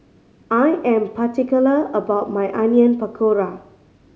I am particular about my Onion Pakora